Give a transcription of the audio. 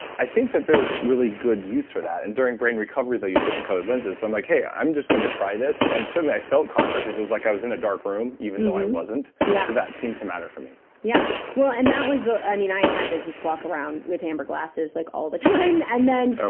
i think that there's really good use for that. and during brain recovery, they use different colored lenses, so i'm like, hey, i'm just gonna try this. and certainly i felt calmer, because i felt like i was in a dark room, even though i wasn't yeah so that seemed to matter for me yeah. well, and that was a. i mean, i had to just walk around with amber glasses, like all the time okay and then, ah